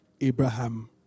Abraham